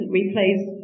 replace